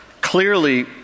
Clearly